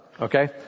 Okay